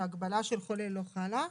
שההגבלה של חולה לא חלה.